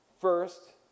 First